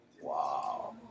Wow